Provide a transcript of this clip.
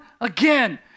again